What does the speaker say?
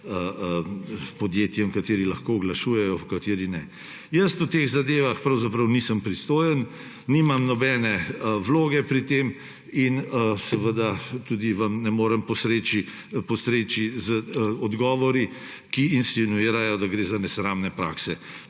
podjetjem, kateri lahko oglašujejo, kateri ne. Jaz v teh zadevah pravzaprav nisem pristojen, nimam nobene vloge pri tem in tudi vam ne morem postreči z odgovori, ki insinuirajo, da gre za nesramne prakse.